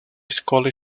escola